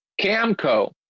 Camco